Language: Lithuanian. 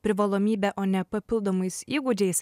privalomybė o ne papildomais įgūdžiais